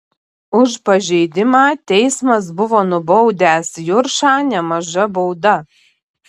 už pažeidimą teismas buvo nubaudęs juršą nemaža bauda